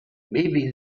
maybe